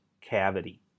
cavity